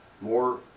more